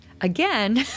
Again